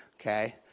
Okay